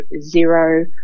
Zero